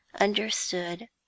understood